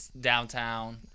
downtown